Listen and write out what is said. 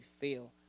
feel